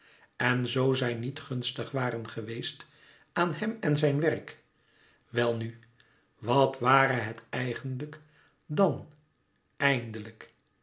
en zoo zij nièt gunstig waren geweest aan hem en zijn werk welnu wat ware het eigenlijk dàn eindelijk